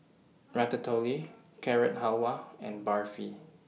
Ratatouille Carrot Halwa and Barfi